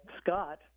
Scott